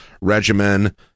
regimen